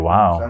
Wow